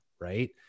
right